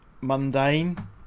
mundane